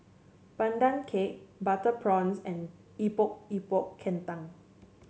Pandan Cake Butter Prawns and Epok Epok Kentang